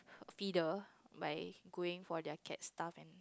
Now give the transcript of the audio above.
feeder by going for their cat stuff and